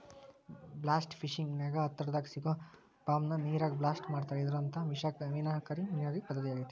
blast fishing ನ್ಯಾಗ ಹತ್ತರದಾಗ ಸಿಗೋ ಬಾಂಬ್ ನ ನೇರಾಗ ಬ್ಲಾಸ್ಟ್ ಮಾಡ್ತಾರಾ ಇದೊಂತರ ವಿನಾಶಕಾರಿ ಮೇನಗಾರಿಕೆ ಪದ್ದತಿಯಾಗೇತಿ